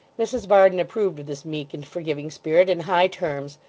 mrs varden approved of this meek and forgiving spirit in high terms,